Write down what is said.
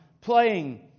playing